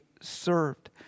served